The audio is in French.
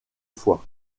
foix